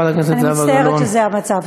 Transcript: אני מצטערת שזה המצב.